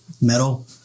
metal